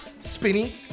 Spinny